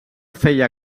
feia